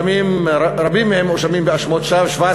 שרבים מהם מואשמים בהאשמות שווא,